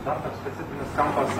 dar toks specifinis kampas